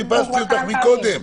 חיפשתי אותך מקודם.